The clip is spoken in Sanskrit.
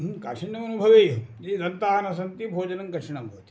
कठिन्यमनुभवेयुः यदि दन्ताः न सन्ति भोजनं कठिनं भवति